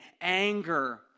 anger